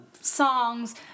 songs